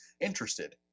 interested